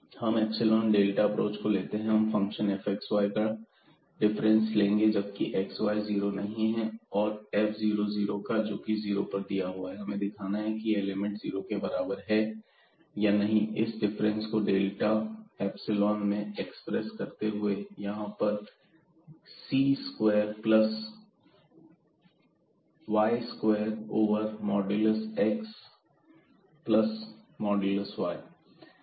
xy≠00 0xy हम epsilon delta approach को लेते हैं हम फंक्शन fxy का डिफरेंस लेंगे जबकि xy 00 नहीं है और f00 का जोकि जीरो दिया हुआ है तो हमें यह दिखाना है कि यह लिमिट fxy शून्य के बराबर है या नहीं इस डिफरेंस को डेल्टा इप्सिलोन में एक्सप्रेस करते हुए यहां पर यह c square plus y square over modulus x plus modulus y